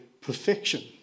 perfection